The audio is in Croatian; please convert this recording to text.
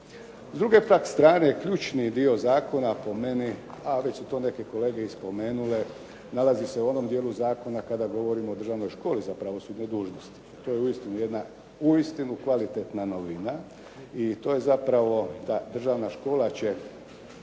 S druge pak strane ključni dio zakona po meni, a već su to neki kolege i spomenule nalazi se u onom dijelu zakona kada govorimo o državnoj školi za pravosudne dužnosnike. To je uistinu jedna, uistinu kvalitetna novina i to je zapravo, ta državna škola će